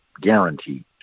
guaranteed